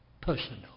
personal